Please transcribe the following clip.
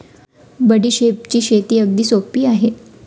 बडीशेपची शेती अगदी सोपी आहे